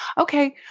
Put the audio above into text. okay